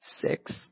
six